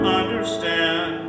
understand